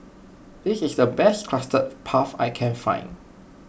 this is the best Custard Puff I can find